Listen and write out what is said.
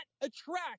attract